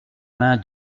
main